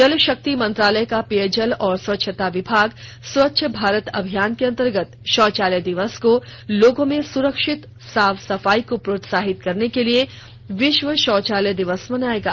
जल शक्ति मंत्रालय का पेयजल और स्वच्छता विभाग स्वच्छ भारत अभियान के अंतर्गत शौचालय दिवस को लोगों में सुरक्षित साफ सफाई को प्रोत्साहित करने के लिए विश्व शौचालय दिवस मनायेगा